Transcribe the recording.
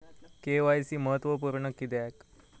KYC महत्त्वपुर्ण किद्याक?